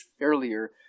earlier